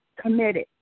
committed